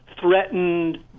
threatened